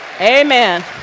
amen